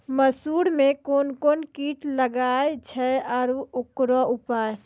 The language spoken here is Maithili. मसूर मे कोन कोन कीट लागेय छैय आरु उकरो उपाय?